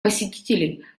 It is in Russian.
посетителей